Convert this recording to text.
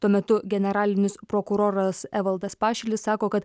tuo metu generalinis prokuroras evaldas pašilis sako kad